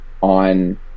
on